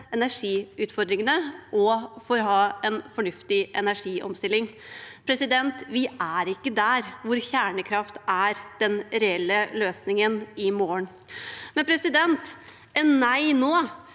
energiutfordringene og for å ha en fornuftig energiomstilling. Vi er ikke der hvor kjernekraft er den reelle løsningen i morgen. Et nei nå